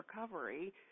recovery